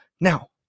now